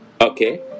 okay